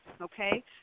okay